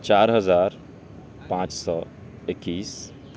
چار ہزار پانچ سو اکیس